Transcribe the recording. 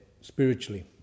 spiritually